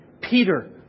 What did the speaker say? Peter